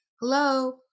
Hello